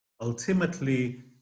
Ultimately